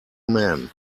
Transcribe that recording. man